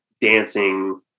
dancing